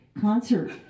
concert